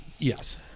Yes